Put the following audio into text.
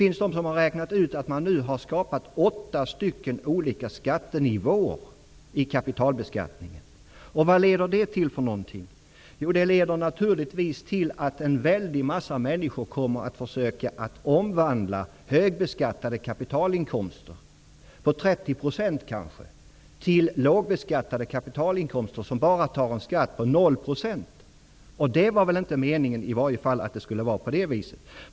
Man har räknat ut att det nu har skapats åtta skattenivåer i kapitalbeskattningen. Vad leder det till? Jo, naturligtvis till att en mängd människor kommer att försöka omvandla kapitalinkomster med en hög beskattning, på kanske 30 %, till kapitalinkomster med låg beskattning, ned mot en nivå av 0 % Det var väl i varje fall inte meningen att det skulle bli så.